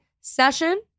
session